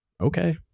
okay